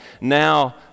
now